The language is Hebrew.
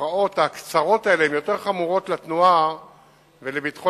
ההפרעות הקצרות האלה הן יותר חמורות לתנועה ולביטחון